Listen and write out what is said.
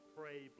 pray